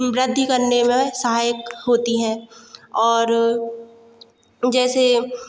वृद्धि करने में सहायक होती हैं और जैसे